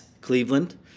Cleveland